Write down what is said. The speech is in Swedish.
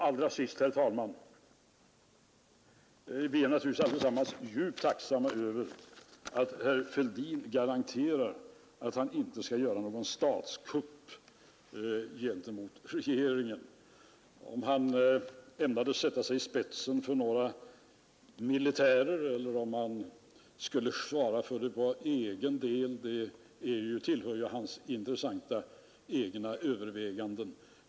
Allra sist, herr talman, vill jag framhålla att vi naturligtvis allesammans är djupt tacksamma över att herr Fälldin garanterar att han inte skall göra någon statskupp mot regeringen. Om han ämnade sätta sig i spetsen för några militärer eller om han skulle svara för det på egen hand tillhör hans intressanta egna överväganden.